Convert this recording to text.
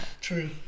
True